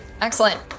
Excellent